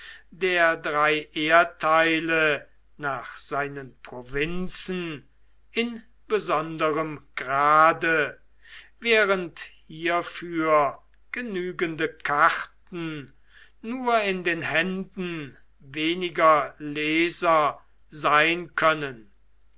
der drei erdteile nach seinen provinzen in besonderem grade während hierfür genügende karten nur in den händen weniger leser sein können